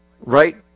right